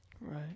Right